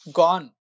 gone